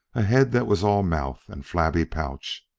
a head that was all mouth and flabby pouch,